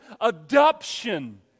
Adoption